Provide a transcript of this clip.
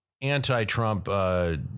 anti-Trump